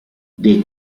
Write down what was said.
the